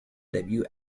debut